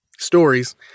stories